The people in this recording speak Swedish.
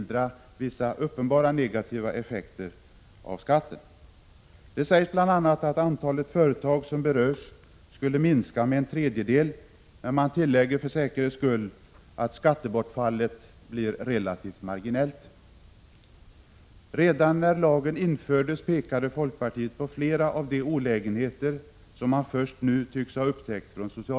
Det sägs bl.a. att antalet företag som berörs skulle minska med en tredjedel, men man tillägger för säkerhets skull att skattebortfallet blir relativt marginellt. Redan när lagen infördes pekade folkpartiet på flera av de olägenheter som socialdemokraterna först nu tycks ha upptäckt.